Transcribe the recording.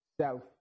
self